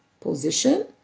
position